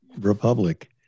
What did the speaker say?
republic